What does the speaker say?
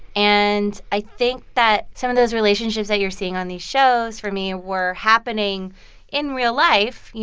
and i think that some of those relationships that you're seeing on these shows, for me, were happening in real life. yeah